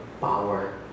power